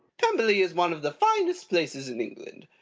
pemberley is one of the finest places in england.